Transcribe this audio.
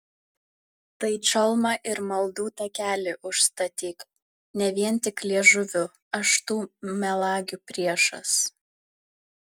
tai čalmą ir maldų takelį užstatyk ne vien tik liežuviu aš tų melagių priešas